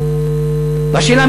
והשאלה,